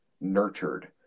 nurtured